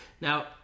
Now